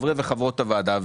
וחברות הוועדה,